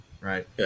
right